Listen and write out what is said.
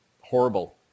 Horrible